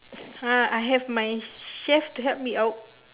ah I have my chef to help me out